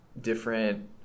different